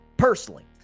Personally